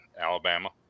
Alabama